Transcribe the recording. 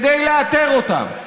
כדי לאתר אותם,